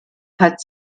hat